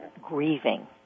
grieving